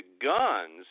guns